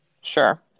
sure